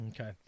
Okay